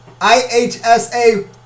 IHSA